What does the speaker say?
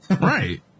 Right